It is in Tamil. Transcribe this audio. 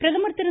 பிரதமர் திரு